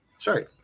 Sorry